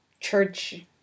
church